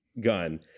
gun